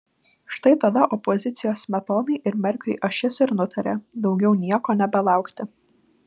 štai tada opozicijos smetonai ir merkiui ašis ir nutarė daugiau nieko nebelaukti